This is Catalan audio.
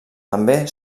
també